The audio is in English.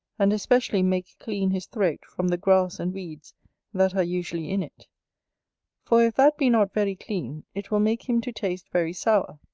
and especially make clean his throat from the grass and weeds that are usually in it for if that be not very clean, it will make him to taste very sour.